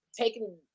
taking